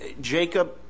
Jacob